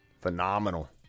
Phenomenal